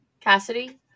Cassidy